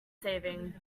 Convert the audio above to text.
saving